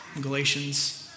Galatians